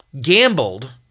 gambled